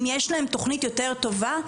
אם יש להם תוכנית יותר טובה,